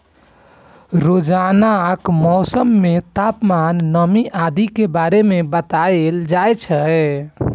रोजानाक मौसम मे तापमान, नमी आदि के बारे मे बताएल जाए छै